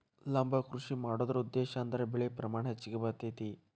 ಲಂಬ ಕೃಷಿ ಮಾಡುದ್ರ ಉದ್ದೇಶಾ ಅಂದ್ರ ಬೆಳೆ ಪ್ರಮಾಣ ಹೆಚ್ಗಿ ಬರ್ತೈತಿ